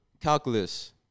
calculus